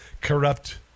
corrupt